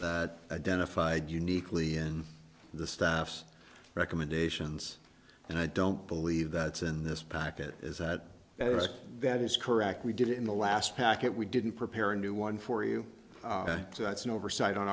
is identified uniquely in the staff's recommendations and i don't believe that's in this package that is correct we did it in the last packet we didn't prepare a new one for you so that's an oversight on